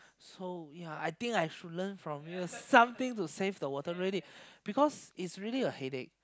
so ya I think I should learn from you something to save water because it's really a headache